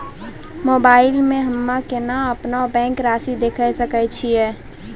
Mobile मे हम्मय केना अपनो बैंक रासि देखय सकय छियै?